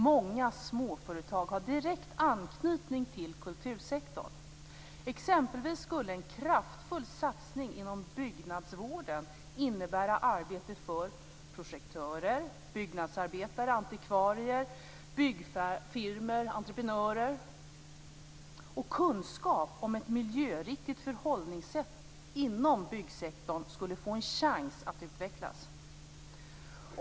Många småföretag har direkt anknytning till kultursektorn. Exempelvis skulle en kraftfull satsning inom byggnadsvården innebära arbete för projektörer, byggnadsarbetare, antikvarier, byggfirmor, entreprenörer. Kunskap om ett miljöriktigt förhållningssätt inom byggsektorn skulle få en chans att utvecklas.